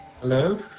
Hello